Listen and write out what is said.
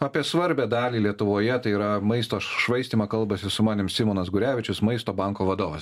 apie svarbią dalį lietuvoje tai yra maisto švaistymą kalbasi sumanėme su manim gurevičius maisto banko vadovas